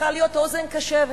צריכה להיות אוזן קשבת.